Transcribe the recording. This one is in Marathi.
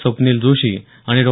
स्वप्नील जोशी आणि डॉ